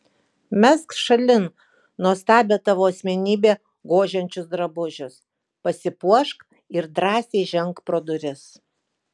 mesk šalin nuostabią tavo asmenybę gožiančius drabužius pasipuošk ir drąsiai ženk pro duris